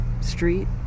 Street